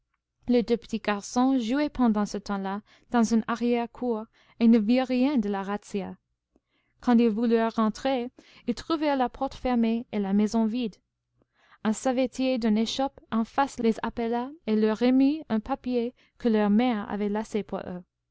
les deux petits garçons jouaient pendant ce temps-là dans une arrière-cour et ne virent rien de la razzia quand ils voulurent rentrer ils trouvèrent la porte fermée et la maison vide un savetier d'une échoppe en face les appela et leur remit un papier que leur mère avait laissé